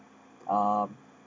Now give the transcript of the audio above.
um